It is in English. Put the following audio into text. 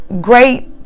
great